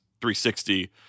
360